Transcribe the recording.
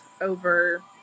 over